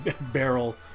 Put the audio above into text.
barrel